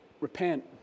Repent